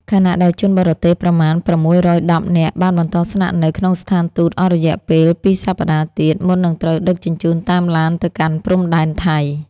ខណៈដែលជនបរទេសប្រមាណ ៦១០ នាក់បានបន្តស្នាក់នៅក្នុងស្ថានទូតអស់រយៈពេលពីរសប្តាហ៍ទៀត មុននឹងត្រូវដឹកជញ្ជូនតាមឡានទៅកាន់ព្រំដែនថៃ។